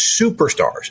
superstars